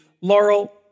Laurel